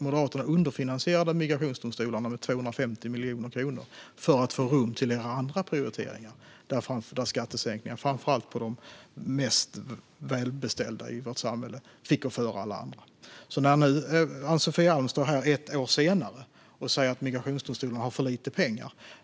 Moderaterna underfinansierade migrationsdomstolarna med 250 miljoner kronor för att få rum för andra prioriteringar, där skattesänkningar framför allt för de mest välbeställda i vårt samhälle fick gå före allt annat. Ann-Sofie Alm står här nu, ett år senare, och säger att migrationsdomstolarna har för lite pengar.